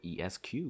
ESQ